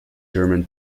german